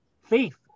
faith